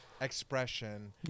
expression